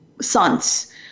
sons